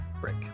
break